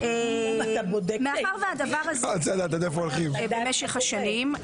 מאחר שהדבר הזה --- במשך השנים,